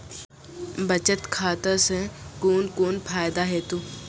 बचत खाता सऽ कून कून फायदा हेतु?